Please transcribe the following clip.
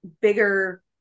bigger